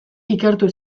ikertu